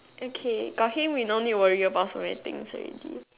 okay got him we no need worry about so many things already